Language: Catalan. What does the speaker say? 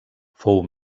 fou